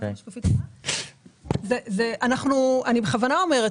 אני בכוונה אומרת.